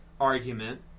argument